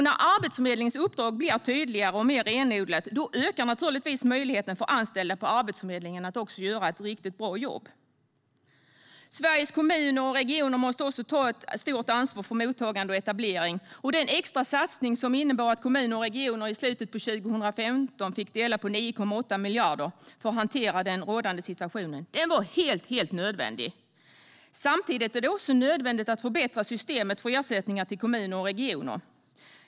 När Arbetsförmedlingens uppdrag blir allt tydligare och mer renodlat ökar naturligtvis möjligheterna för de anställda på Arbetsförmedlingen att göra ett riktigt bra jobb. Sveriges kommuner och regioner måste också ta ett stort ansvar för mottagande och etablering, och den extra satsning som innebar att kommuner och regioner i slutet av 2015 fick dela på 9,8 miljarder för att hantera den rådande situationen var helt nödvändig. Samtidigt är det också nödvändigt att förbättra systemet för ersättningar till kommuner och regioner.